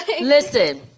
Listen